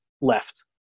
left